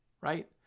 right